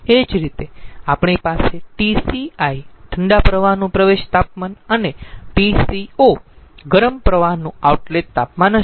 એ જ રીતે આપણી પાસે Tci ઠંડા પ્રવાહનું પ્રવેશ તાપમાન અને Tco ગરમ પ્રવાહનું આઉટલેટ તાપમાન હશે